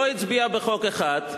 לא הצביע בחוק אחד,